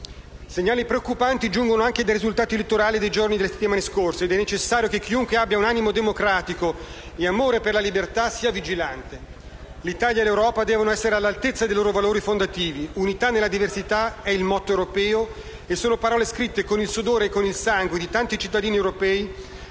Segnali preoccupanti giungono anche dai risultati elettorali dei giorni e delle settimane scorse ed è necessario che chiunque abbia animo democratico e amore per la libertà sia vigilante. L'Italia e l'Europa devono essere all'altezza dei loro valori fondativi: unità nella diversità è il motto europeo; sono parole scritte con il sudore e con il sangue di tanti cittadini europei